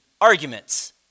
arguments